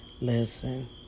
Listen